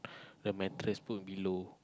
the mattress put below